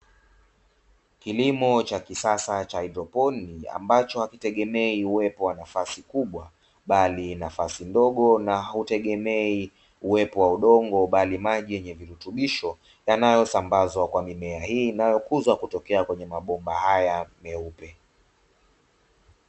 Kilimo cha kisasa cha haidroponi, ambacho hakitegemei uwepo wa nafasi kubwa bali nafasi ndogo na hautegemei uwepo wa udongo bali maji yenye virutubisho yanayosambazwa kwa mimea hii inayokuzwa kutokea kwenye mabomba haya meupe.